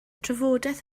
trafodaeth